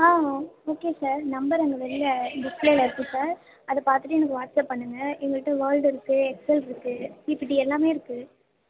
ஆ okay sir number அங்கே வெளில டிஸ்ப்ளேயில் இருக்குது சார் அது பார்த்துட்டு எனக்கு வாட்ஸ்அப் பண்ணுங்க எங்கள்கிட்ட வேர்ல்ட் இருக்குது எக்ஸெல் இருக்குது பிபிடி எல்லாமே இருக்குது